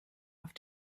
auf